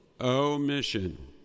omission